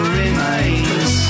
remains